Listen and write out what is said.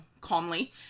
calmly